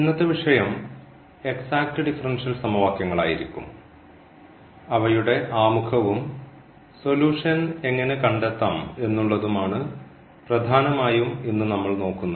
ഇന്നത്തെ വിഷയം exact differential സമവാക്യങ്ങളായിരിക്കും അവയുടെ ആമുഖവും സൊലൂഷൻ എങ്ങനെ കണ്ടെത്താം എന്നുള്ളതും ആണ് പ്രധാനമായും ഇന്ന് നമ്മൾ നോക്കുന്നത്